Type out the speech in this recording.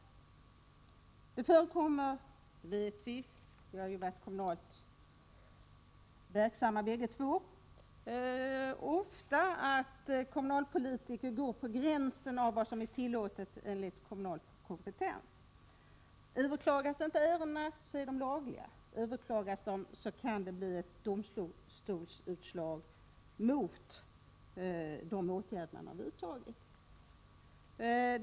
Både statsrådet och jag har varit kommunalt verksamma, och vi vet bägge att kommunalpolitiker ofta går på gränsen till vad som är tillåtet inom den kommunala kompetensen. Överklagas inte besluten betraktas de som lagliga. Överklagas de kan det bli domstolsutslag mot de åtgärder som vidtagits.